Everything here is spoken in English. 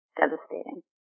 devastating